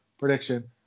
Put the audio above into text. prediction